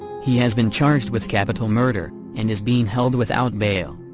he has been charged with capital murder and is being held without bail.